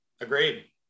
Agreed